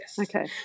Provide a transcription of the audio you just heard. Okay